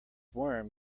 worm